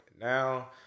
Now